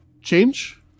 change